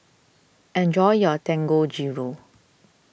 enjoy your Dangojiru